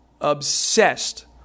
obsessed